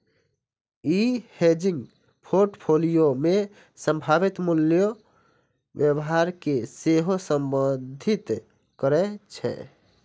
ई hedging portfolio मे संभावित मूल्य व्यवहार कें सेहो संबोधित करै छै